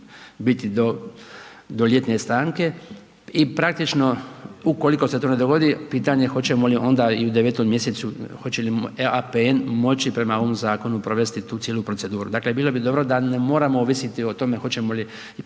biti do ljetne stanke. I praktično ukoliko se to ne dogodi, pitanje je hoćemo li onda i u 9 mj. hoće li APN moći prema ovom zakonu provesti tu cijelu proceduru? Dakle, bilo bi dobro da ne moramo ovisiti o tome, hoćemo li